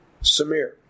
Samir